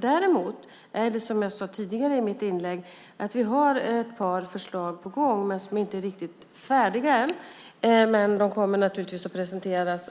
Däremot har vi, som jag sade tidigare i mitt inlägg, ett par förslag på gång. De är inte riktigt färdiga än men de kommer naturligtvis att presenteras.